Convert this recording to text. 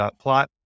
plot